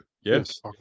Yes